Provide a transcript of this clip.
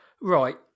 Right